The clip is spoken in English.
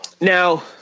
now